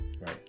right